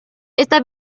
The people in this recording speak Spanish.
esta